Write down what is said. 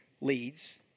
leads